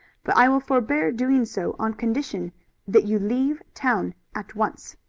but i will forbear doing so on condition that you leave town at once.